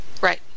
Right